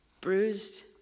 Bruised